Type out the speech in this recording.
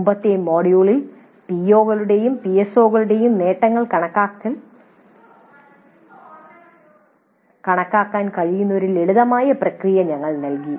മുമ്പത്തെ മൊഡ്യൂളിൽ പിഒകളുടെയും പിഎസ്ഒകളുടെയും നേട്ടങ്ങൾ കണക്കാക്കാൻ കഴിയുന്ന ഒരു ലളിതമായ പ്രക്രിയ ഞങ്ങൾ നൽകി